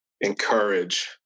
encourage